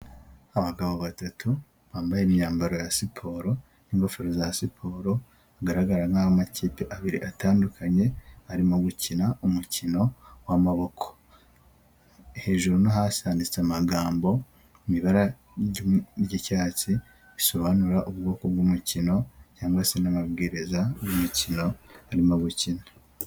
Abagabo batatu, bambaye imyambaro ya siporo, n'ingofero za siporo, agaragara nk'amakipe abiri atandukanye, arimo gukina umukino w'amaboko, hejuru no hasi handitse amagambo mu ibara ry'icyatsi bisobanura ubwoko bw'umukino cyangwa se n'amabwiriza uyu mukino urimo gukinwa.